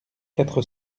quatre